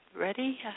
ready